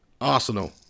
Arsenal